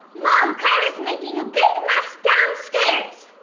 mom, kyler is making a big mess downstairs!